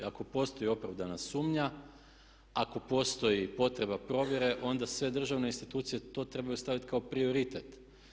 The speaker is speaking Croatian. Ako postoji opravdana sumnja, ako postoji potreba provjere onda sve državne institucije to trebaju staviti kao prioritet.